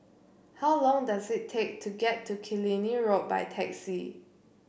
how long does it take to get to Killiney Road by taxi